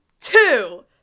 two